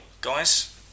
guys